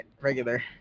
regular